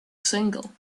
single